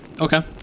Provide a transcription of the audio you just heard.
Okay